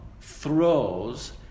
throws